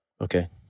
okay